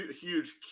huge